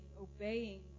obeying